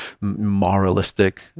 moralistic